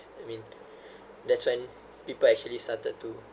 I mean that's when people actually started to